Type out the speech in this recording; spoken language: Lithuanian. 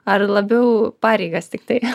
ar labiau pareigas tiktai